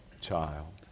child